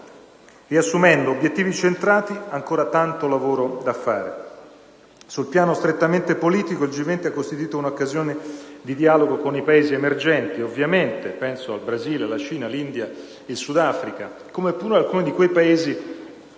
Riassumendo, obiettivi centrati ma ancora tanto lavoro da fare. Sul piano strettamente politico il G20 ha costituito un'occasione di dialogo con i Paesi emergenti: penso al Brasile, alla Cina, all'India, al Sudafrica, come pure ad alcuni Paesi definiti